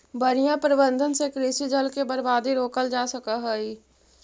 बढ़ियां प्रबंधन से कृषि जल के बर्बादी रोकल जा सकऽ हई